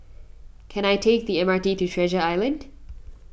can I take the M R T to Treasure Island